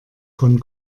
von